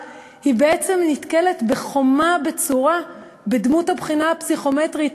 בעצם נתקלת בחומה בצורה בדמות הבחינה הפסיכומטרית,